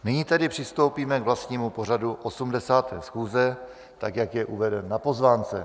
Nyní tedy přistoupíme k vlastnímu pořadu 80. schůze, tak jak je uveden na pozvánce.